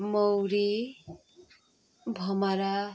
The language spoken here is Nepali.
मौरी भमरा